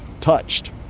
touched